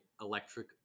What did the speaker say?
Electric